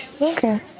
Okay